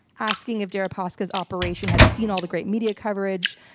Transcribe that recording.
asking if deripaska's operation had seen all the great media coverage,